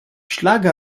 schlage